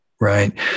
right